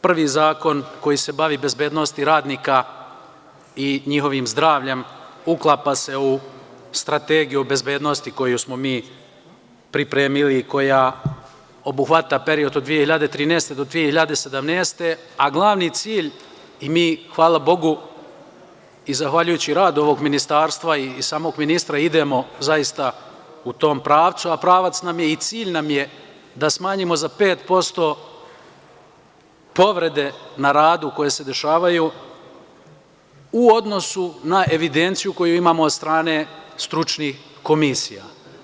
Prvi zakon koji se bavi bezbednošću radnika i njihovim zdravljem uklapa se u strategiju bezbednosti koju smo mi pripremili, koja obuhvata period od 2013. do 2017. godine, a glavni cilj i mi hvala Bogu i zahvaljujući radu ovog ministarstva i samog ministra, idemo u tom pravcu, a pravac nam je i cilj nam je da smanjimo za 5% povrede na radu koje se dešavaju u odnosu na evidenciju koju imamo od strane stručnih komisija.